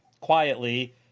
quietly